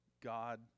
God